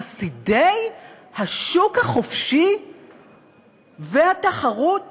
חסידי השוק החופשי והתחרות